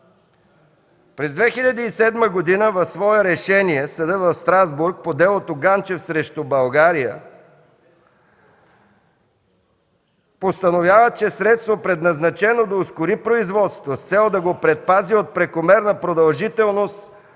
През 2007 г. в свое решение Съдът в Страсбург по делото „Ганчев срещу България” постановява, че средство, предназначено да ускори производство с цел да го предпази от прекомерна продължителност